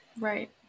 Right